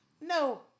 No